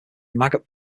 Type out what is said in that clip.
maggot